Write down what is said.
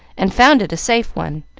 and found it a safe one,